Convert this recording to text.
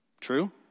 True